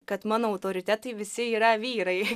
kad mano autoritetai visi yra vyrai